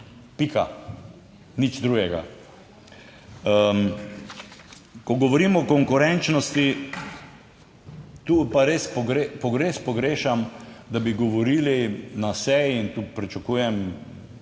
Pika! Nič drugega. Ko govorimo o konkurenčnosti, tu pa res pogrešam, da bi govorili na seji, in tu pričakujem,